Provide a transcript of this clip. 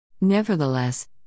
Nevertheless